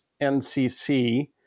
NCC